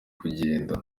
kugenda